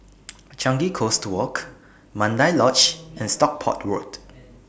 Changi Coast Walk Mandai Lodge and Stockport Road